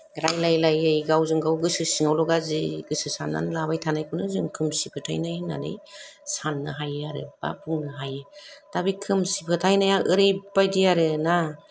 रायलायलायै गावजों गाव गोसो सिङावल' गाज्रि गोसो सान्नानै लाबाय थानायखौनो जों खोमसि फोथायनाय होन्नानै सान्नो हायो आरो बा बुंनो हायो दा बे खोमसि फोथायनाया ओरैबायदि आरोना